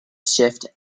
shift